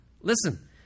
Listen